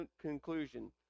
conclusion